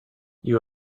you